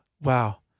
wow